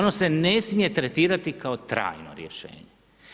Ne se ne smije tretirati kao trajno rješenje.